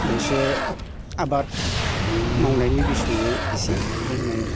मोनसे आबाद मावनायनि बिसयै एसे बुंनो